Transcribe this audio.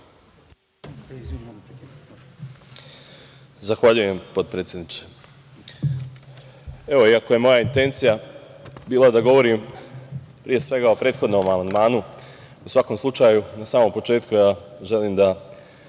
Zahvaljujem, potpredsedniče. Pošto je moja intencija bila da govorim pre svega o prethodnom amandmanu, u svakom slučaju, na samom početku želim da